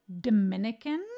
Dominican